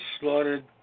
slaughtered